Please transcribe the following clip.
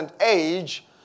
age